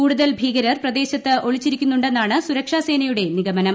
കൂടുതൽ ഭീകരർ പ്രദേശത്ത് ഒളിച്ചിരിക്കുന്നുണ്ടെന്നാണ് സുരക്ഷാ സേനയുടെ നിഗമനം